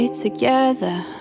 Together